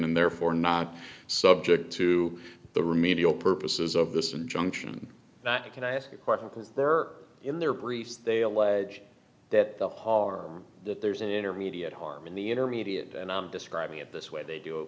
and therefore not subject to the remedial purposes of this injunction that could i ask a question of her in their briefs they allege that the harm that there's an intermediate harm in the intermediate and i'm describing it this way they do